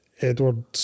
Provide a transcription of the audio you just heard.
Edward